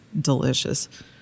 delicious